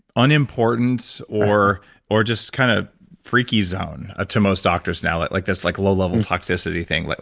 unimportant or or just kind of freaky zone ah to most doctors now, like there's like low level toxicity thing. like